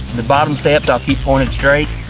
the bottom steps i'll keep pointed straight.